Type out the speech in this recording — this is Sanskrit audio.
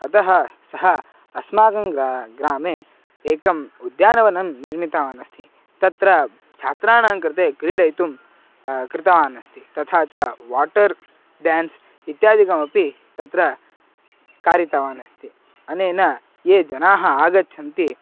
अतः सः अस्माकं ग्रा ग्रामे एकम् उद्यानवनं निर्मितवान् अस्ति तत्र छात्राणां कृते क्रीडितुं कृतवान् अस्ति तथा च वाटर् डेन्स् इत्यादिकमपि तत्र कारितवान् अस्ति अनेन ये जनाः आगच्छन्ति